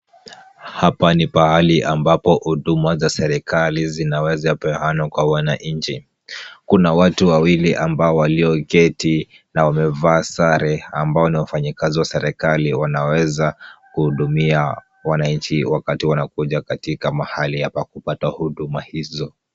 Hapa ni pahali ambapo huduma za serikali zinawezapeanwa kwa wananchi. Kuna watu wawili ambao walioketi na wamevaa sare ambao ni wafanyikazi wa serikali wanaweza kuhudumia wananchi wakati wanakuja katika mahali hapa kupata huduma hizo.